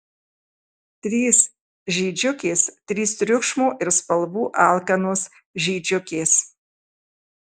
trys žydžiukės trys triukšmo ir spalvų alkanos žydžiukės